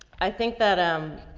i think that, um,